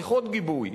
צריכות גיבוי,